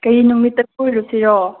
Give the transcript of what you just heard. ꯀꯩ ꯅꯨꯃꯤꯠꯇ ꯀꯣꯏꯔꯨꯁꯤꯔꯣ